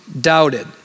doubted